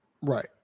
Right